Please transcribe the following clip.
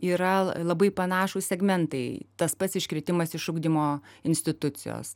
yra labai panašūs segmentai tas pats iškritimas iš ugdymo institucijos